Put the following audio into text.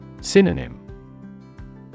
Synonym